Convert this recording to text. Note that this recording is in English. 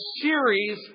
series